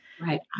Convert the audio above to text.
Right